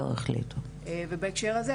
בהקשר הזה,